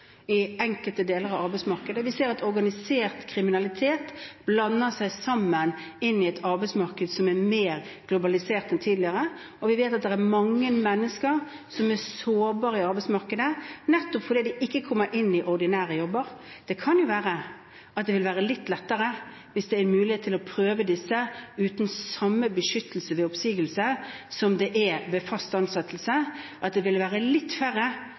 i enkelte deler av arbeidsmarkedet. Vi ser at organisert kriminalitet blander seg inn i et arbeidsmarked som er mer globalisert enn tidligere. Og vi vet at det er mange mennesker som er sårbare i arbeidsmarkedet, nettopp fordi de ikke kommer inn i ordinære jobber. Det kan jo være, hvis det er mulighet til å prøve disse uten samme beskyttelse ved oppsigelse som det er ved fast ansettelse, at det vil være litt færre